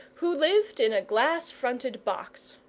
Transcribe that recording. who lived in a glass-fronted box.